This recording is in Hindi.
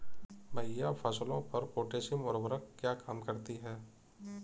भैया फसलों पर पोटैशियम उर्वरक क्या काम करती है?